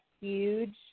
huge